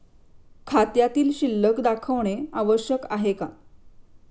खात्यातील शिल्लक दाखवणे आवश्यक आहे का?